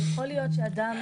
יכול להיות שאדם